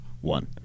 one